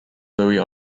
louis